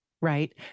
Right